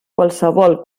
qualsevol